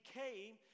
came